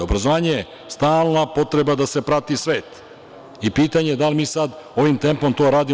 Obrazovanje je stalna potreba da se prati svet i pitanje je da li sada ovim tempom to radimo?